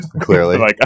Clearly